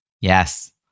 Yes